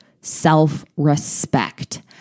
self-respect